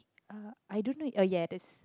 uh I don't know oh yeah it is